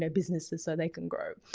ah businesses so they can grow.